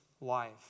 life